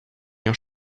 your